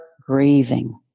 grieving